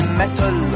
metal